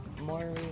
More